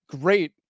great